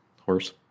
horse